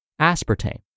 Aspartame